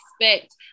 expect